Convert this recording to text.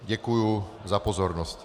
Děkuji za pozornost.